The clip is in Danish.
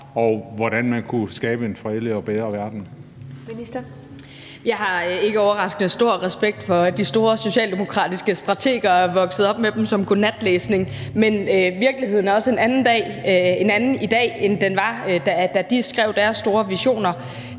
Forsvarsministeren (Trine Bramsen): Jeg har ikke overraskende stor respekt for de store socialdemokratiske strateger og er vokset op med dem som godnatlæsning. Men virkeligheden er også en anden i dag, end den var, da de skrev deres store visioner.